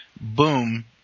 boom